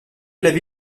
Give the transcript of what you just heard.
l’avis